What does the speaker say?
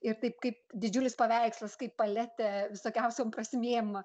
ir taip kaip didžiulis paveikslas kaip paletė visokiausiom prasmėm